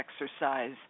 exercise